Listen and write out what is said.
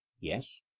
yes